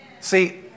See